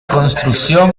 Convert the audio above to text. construcción